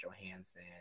Johansson